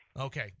okay